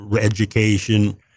education